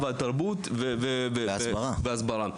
תרבות והסברה.